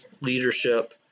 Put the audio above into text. leadership